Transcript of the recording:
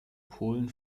polen